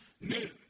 new